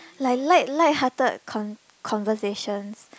like light light hearted con~ conversations